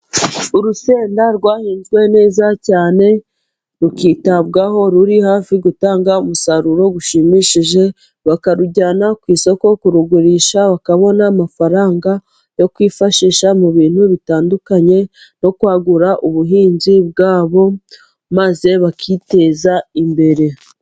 Urusenda rwahinzwe neza cyane rukitabwaho ruri hafi gutanga umusaruro ushimishije, bakarujyana ku isoko kurugurisha bakabona amafaranga yo kwifashisha mu bintu bitandukanye no kwagura ubuhinzi bwabo maze bakiteza imbere.